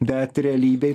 bet realybėj